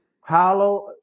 hollow